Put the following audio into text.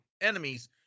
enemies